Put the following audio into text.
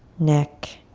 neck